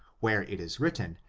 where it is written,